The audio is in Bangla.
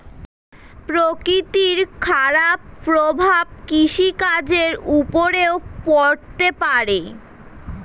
প্রকৃতির খারাপ প্রভাব কৃষিকাজের উপরেও পড়তে পারে